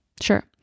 sure